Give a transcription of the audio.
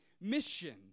mission